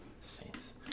Saints